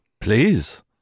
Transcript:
Please